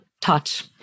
touch